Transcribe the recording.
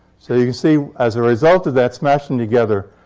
so you can see, as a result of that smashing together,